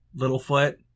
Littlefoot